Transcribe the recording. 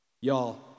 Y'all